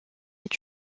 est